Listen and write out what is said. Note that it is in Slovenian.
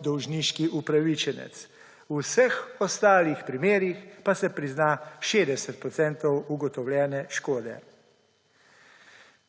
dolžniški upravičenec. V vseh ostalih primerih pa se prizna 60 % ugotovljene škode.